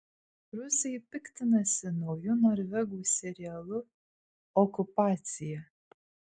rusai piktinasi nauju norvegų serialu okupacija